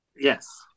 Yes